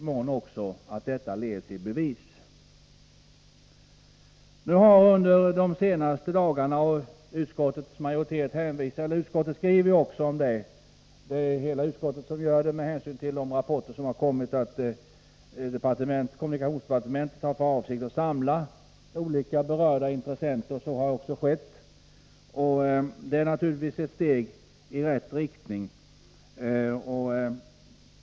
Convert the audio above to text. Men det vore som sagt önskvärt att den avslutades med ett körkortsprov som ett bevis på körskicklighet. Med hänsyn till de rapporter som har kommit under de senaste dagarna har kommunikationsdepartementet för avsikt att samla olika berörda intressenter. Så har också skett. Det är naturligtvis ett steg i rätt riktning.